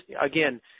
Again